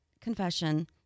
confession